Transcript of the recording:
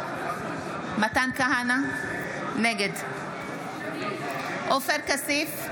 נגד עופר כסיף,